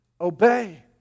Obey